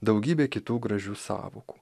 daugybė kitų gražių sąvokų